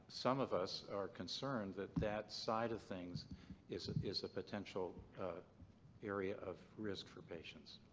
some of us are concerned that that side of things is is a potential area of risk for patients.